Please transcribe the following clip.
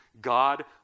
God